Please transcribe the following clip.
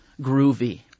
groovy